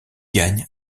gagnent